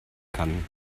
kann